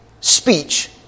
speech